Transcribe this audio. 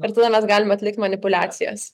ir tada mes galime atlikt manipuliacijas